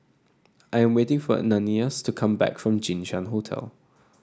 I am waiting for Ananias to come back from Jinshan Hotel